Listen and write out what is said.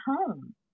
home